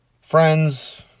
Friends